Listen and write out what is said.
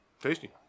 Tasty